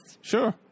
Sure